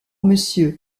monsieur